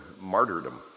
martyrdom